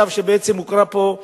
מכתב שבעצם הוקרא פה,